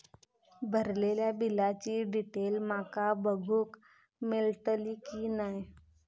भरलेल्या बिलाची डिटेल माका बघूक मेलटली की नाय?